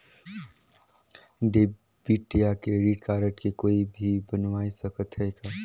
Debit या credit card के कोई भी बनवाय सकत है का?